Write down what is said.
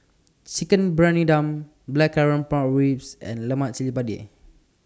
Chicken Briyani Dum Blackcurrant Pork Ribs and Lemak Cili Padi